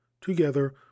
together